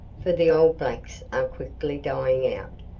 for the old blacks are quickly dying out,